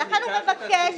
ולכן הוא מבקש --- לא,